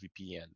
VPN